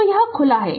तो यह खुला है